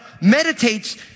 meditates